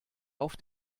auf